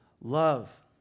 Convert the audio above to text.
love